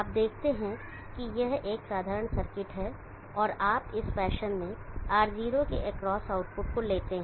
आप देखते हैं कि यह एक साधारण सर्किट है और आप इस फैशन में R0 के एक्रॉस आउटपुट को लेते हैं